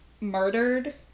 murdered